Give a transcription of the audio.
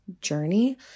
journey